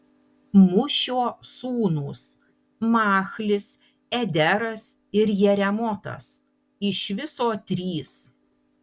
mušio sūnūs machlis ederas ir jeremotas iš viso trys